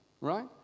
right